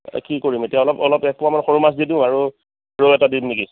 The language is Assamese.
কি কৰিম এতিয়া অলপ অলপ একপোৱামান সৰু মাছ দি দিওঁ আৰু ৰৌ এটা দিম নেকি